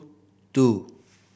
two